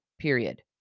period